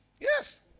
Yes